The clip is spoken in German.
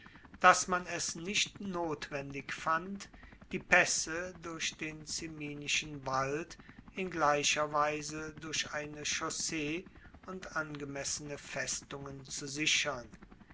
dass man es nicht notwendig fand die paesse durch den ciminischen wald in gleicher weise durch eine chaussee und angemessene festungen zu sichern